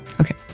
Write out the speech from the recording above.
Okay